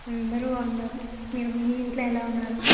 అందరు బాగున్నారు మీరు మీ ఇంట్లో ఎలా ఉన్నారు